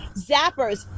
zappers